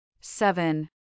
Seven